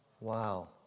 Wow